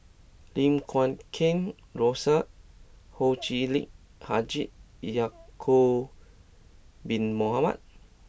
Lim Guat Kheng Rosie Ho Chee Lick Haji Ya'Acob bin Mohamed